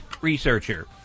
researcher